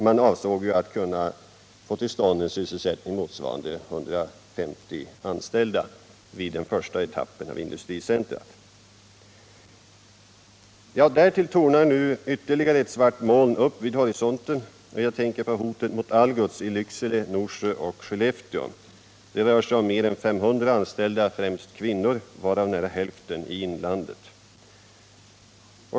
Man avsåg ju att få till stånd en sysselsättning motsvarande 150 anställda vid den första etappen av industricentret. Därtill tornar nu ytterligare ett svart moln upp sig vid horisonten. Jag tänker på hotet mot Algots i Lycksele, Norsjö och Skellefteå. Det rör sig om mer än 500 anställda, främst kvinnor, varav nära hälften i inlandet.